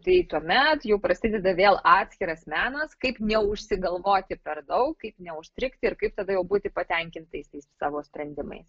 tai tuomet jau prasideda vėl atskiras menas kaip neužsigalvoti per daug kaip neužstrigti ir kaip tada jau būti patenkintais tais savo sprendimais